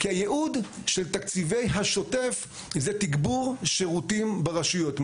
כי הייעוד של תקציבי השוטף זה תגבור שירותים ברשויות.